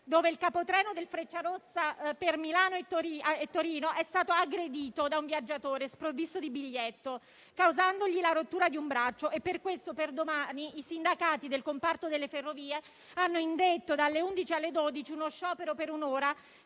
dove il capotreno del Frecciarossa per Milano e Torino è stato aggredito da un viaggiatore sprovvisto di biglietto, che gli ha causato la rottura di un braccio: per questo i sindacati del comparto ferrovie hanno indetto per domani uno sciopero di un'ora,